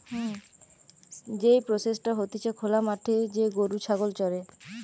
যেই প্রসেসটা হতিছে খোলা মাঠে যে গরু ছাগল চরে